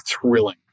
thrilling